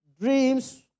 dreams